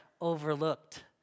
overlooked